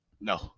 No